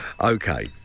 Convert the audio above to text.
Okay